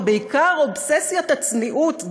ובעיקר אובססיית הצניעות.